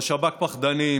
בשב"כ פחדנים,